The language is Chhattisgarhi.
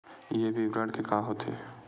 ये विवरण के मतलब का होथे?